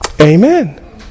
Amen